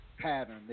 pattern